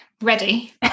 ready